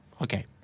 Okay